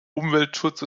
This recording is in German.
umweltschutz